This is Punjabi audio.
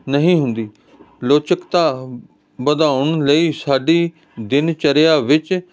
ਨਹੀਂ ਹੁੰਦੀ ਲਚਕਤਾ ਵਧਾਉਣ ਲਈ ਸਾਡੀ ਦਿਨ ਚਰਿਆ ਵਿੱਚ